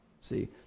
See